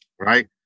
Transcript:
right